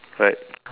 right